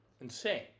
insane